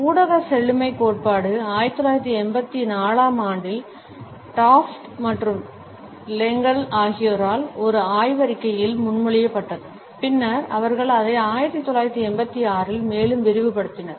ஊடக செழுமைக் கோட்பாடு 1984 ஆம் ஆண்டில் டாஃப்ட் மற்றும் லெங்கல் ஆகியோரால் ஒரு ஆய்வறிக்கையில் முன்மொழியப்பட்டது பின்னர் அவர்கள் அதை 1986 இல் மேலும் விரிவுபடுத்தினர்